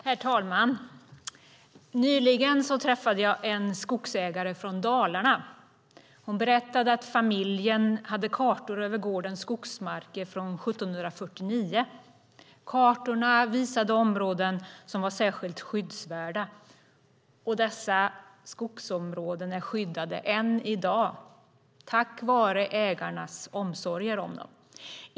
Herr talman! Nyligen träffade jag en skogsägare från Dalarna. Hon berättade att familjen hade kartor över gårdens skogsmarker från 1749. Kartorna visade områden som var särskilt skyddsvärda. Dessa skogsområden är skyddade än i dag, tack vare ägarnas omsorger om dem.